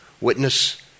Witness